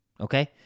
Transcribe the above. Okay